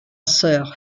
sœur